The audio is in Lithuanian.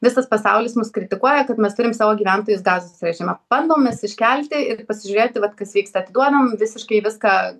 visas pasaulis mus kritikuoja kad mes turim savo gyventojus gazos režimo bandom mes iškelti ir pasižiūrėti vat kas vyksta atiduodam visiškai viską